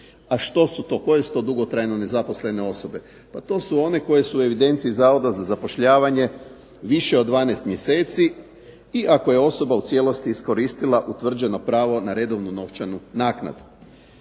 a što su to, koje su to dugotrajno nezaposlene osobe. Pa to su one koje su u evidenciji Zavoda za zapošljavanje više od 12 mjeseci i ako je osoba u cijelosti iskoristila utvrđeno pravo na redovnu novčanu naknadu.